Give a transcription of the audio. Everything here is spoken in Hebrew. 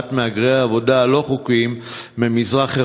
בתופעת מהגרי העבודה הבלתי-חוקיים ממזרח-אירופה?